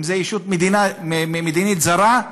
אם זאת ישות מדינית זרה,